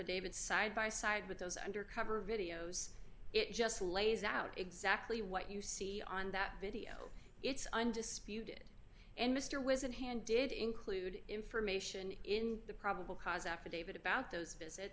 davit side by side with those undercover videos it just lays out exactly what you see on that video it's undisputed and mr whiz in hand did include information in the probable cause affidavit about those visit